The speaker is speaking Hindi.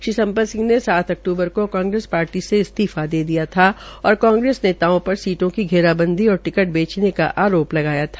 श्री सम्पत सिंह ने सात अक्तूबर को कांग्रेस पार्टी से इस्तीफा दे दिया था और कांग्रेस नेताओं पर सीटों की घेराबंदी और टिकट बेचने का आरोप लगाया था